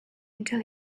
until